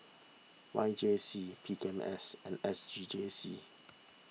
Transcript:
Y J C P K M S and S C G C